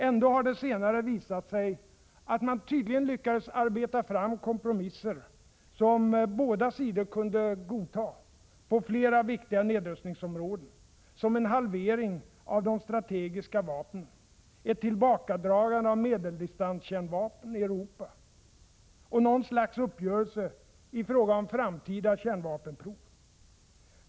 Ändå har det senare visat sig att man tydligen lyckades arbeta fram kompromisser som båda sidor kunde godta, på flera viktiga nedrustningsområden, som en halvering av de strategiska vapnen, ett tillbakadragande av medeldistanskärnvapen i Europa, och något slags uppgörelse i frågan om framtida kärnvapenprov.